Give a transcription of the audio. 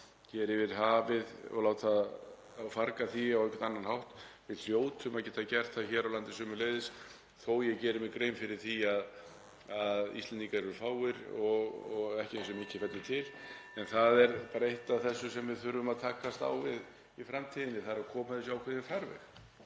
hér yfir hafið og láta farga því á einhvern annan hátt. Við hljótum að geta gert það hér á landi líka, þó að ég geri mér grein fyrir því að Íslendingar eru fáir og ekki eins mikið sem fellur til. En það er bara eitt af þessu sem við þurfum að takast á við í framtíðinni, þ.e. að koma því í ákveðinn farveg.